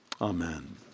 Amen